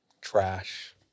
trash